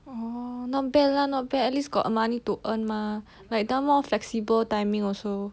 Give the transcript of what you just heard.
orh not bad lah not bad at least got money to earn mah like done more flexible timing also